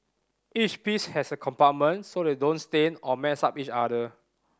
each piece has a compartment so they don't stain or mess up each other